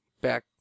back